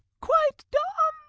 quite dumb?